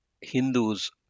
hindus